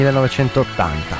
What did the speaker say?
1980